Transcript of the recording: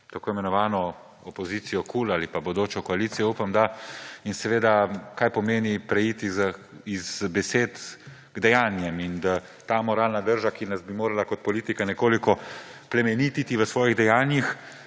tako imenovano opozicijo KUL ali pa bodočo koalicijo, upam da, in seveda, kaj pomeni preiti z besed k dejanjem in da ta moralna drža, ki nas bi morala kot politike nekoliko plemenititi v svojih dejanjih,